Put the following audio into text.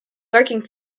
lurking